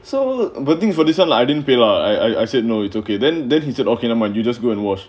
so the thing for this [one] lah I didn't pay lah I I said no it's okay then then he said okay never mind you just go and wash